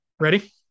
Ready